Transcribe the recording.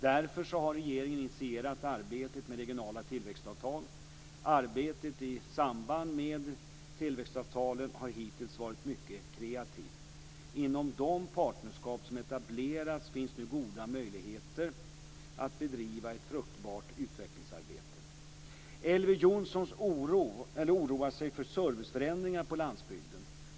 Därför har regeringen initierat arbetet med regionala tillväxtavtal. Arbetet i samband med tillväxtavtalen har hittills varit mycket kreativt. Inom de partnerskap som etablerats finns nu goda möjligheter att bedriva ett fruktbart utvecklingsarbete. Elver Jonsson oroar sig för serviceförändringar på landsbygden.